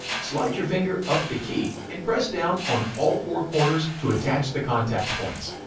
slide your finger up the key and press down on all four corners to attach the contact points.